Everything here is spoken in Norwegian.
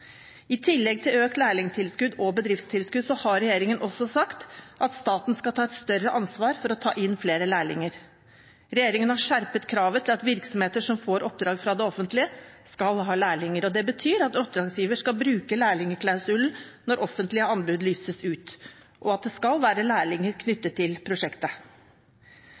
I tillegg til økt lærlingtilskudd og bedriftstilskudd har regjeringen også sagt at staten skal ta et større ansvar for å ta inn flere lærlinger. Regjeringen har skjerpet kravet til at virksomheter som får oppdrag fra det offentlige, skal ha lærlinger. Det betyr at oppdragsgiver skal bruke lærlingklausulen når offentlige anbud lyses ut, og at det skal være lærlinger knyttet til prosjektet.